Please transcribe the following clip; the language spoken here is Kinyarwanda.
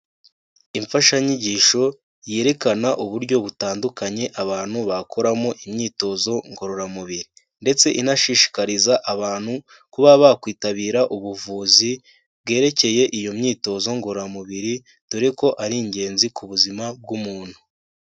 Imfashanyigisho yerekana uburyo butandukanye abantu bakoramo imyitozo ngororamubiri. Ndetse inashishikariza abantu kuba bakwitabira ubuvuzi bwerekeye iyo myitozo ngororamubiri dore ko ari ingenzi ku buzima bw'umuntu.